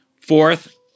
Fourth